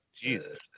jesus